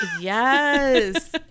Yes